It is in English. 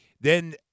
Then-